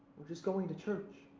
we're just going to church.